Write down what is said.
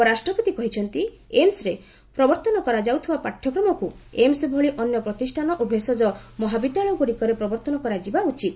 ଉପରାଷ୍ଟପତି କହିଛନ୍ତି ଏମ୍ସ୍ରେ ପ୍ରବର୍ତ୍ତନ କରାଯାଉଥିବା ପାଠ୍ୟକ୍ରମକୁ ଏମ୍ସ୍ ଭଳି ଅନ୍ୟ ପ୍ରତିଷ୍ଠାନ ଓ ଭେଷଜ ମହାବିଦ୍ୟାଳୟଗୁଡିକରେ ପ୍ରବର୍ତ୍ତନ କରାଯିବା ଉଚିତ